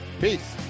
Peace